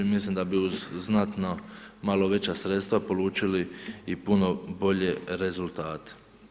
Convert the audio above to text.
Mislim da bi uz znatno malo veća sredstva polučili i puno bolje rezultate.